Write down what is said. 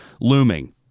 looming